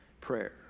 prayer